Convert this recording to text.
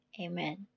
amen